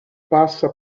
passa